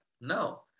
No